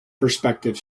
prospective